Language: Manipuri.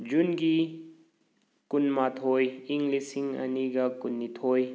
ꯖꯨꯟꯒꯤ ꯀꯨꯟꯃꯥꯊꯣꯏ ꯏꯪ ꯂꯤꯁꯤꯡ ꯑꯅꯤꯒ ꯀꯨꯟꯅꯤꯊꯣꯏ